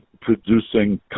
producing